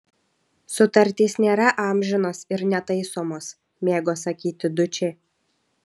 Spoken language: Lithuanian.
sutartys nėra amžinos ir netaisomos mėgo sakyti dučė